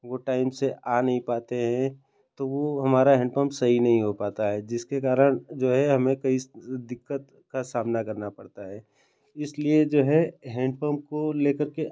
वह टाइम से आ नहीं पाते हैं तो वह हमारा हैन्डपम्प सही नहीं हो पाता है जिसके कारण जो है हमें कई दिक्कतों का सामना करना पड़ता है इसलिए जो है हैन्डपम्प को लेकर के